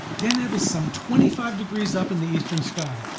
deneb is some twenty five degrees up in the eastern sky,